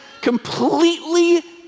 completely